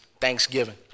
Thanksgiving